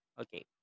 okay